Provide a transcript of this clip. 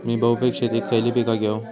मी बहुपिक शेतीत खयली पीका घेव?